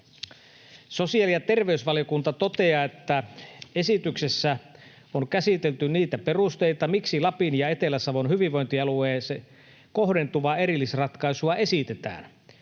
Sosiaali- ja terveysvaliokunta toteaa, että esityksessä on käsitelty niitä perusteita, miksi Lapin ja Etelä-Savon hyvinvointialueeseen kohdentuvaa erillisratkaisua esitetään.